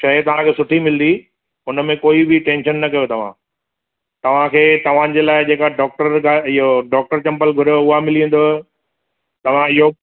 शइ तव्हांखे सुठी मिलंदी हुन में कोई बि टेंशन न कयो तव्हां तव्हांखे तव्हांजे लाइ जेका डॉक्टर इहो डॉक्टर चंपल घुरियव उहा मिली वेंदव तव्हां इहो